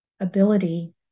ability